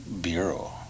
Bureau